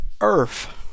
earth